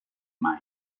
mai